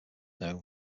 known